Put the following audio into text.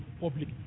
public